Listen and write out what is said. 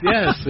Yes